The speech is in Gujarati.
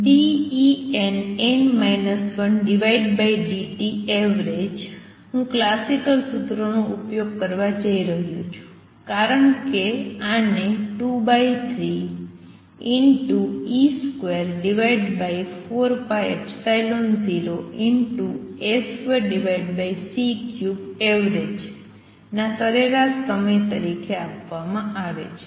dEnn 1dtavg હું ક્લાસિકલ સૂત્રનો ઉપયોગ કરવા જઇ રહ્યો છું કારણ કે આને 23e24π0a2c3avgના સરેરાશ સમય તરીકે આપવામાં આવે છે